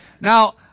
Now